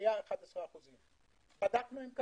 היו 11%. בדקנו אם כך,